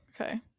okay